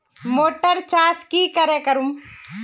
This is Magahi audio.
मोटर चास की करे करूम?